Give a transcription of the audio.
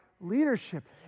leadership